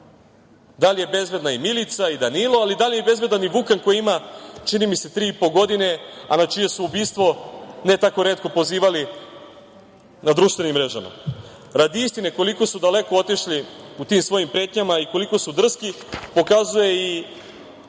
da li je bezbedna i Milica, i Danilo, a da li je bezbedan i Vukan koji ima čini mi se tri i po godine, a na čije su ubistvo ne tako retko pozivali na društvenim mrežama. Radi istine koliko su daleko otišli u tim svojim pretnjama i koliko su drski pokazuje i